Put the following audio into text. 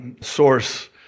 source